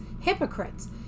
hypocrites